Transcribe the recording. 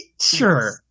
Sure